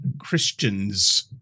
christians